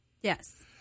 Yes